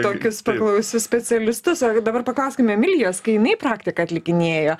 tokius paklausius specialistus o dabar paklauskime emilijos kai jinai praktiką atlikinėjo